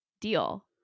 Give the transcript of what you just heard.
deal